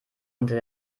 unter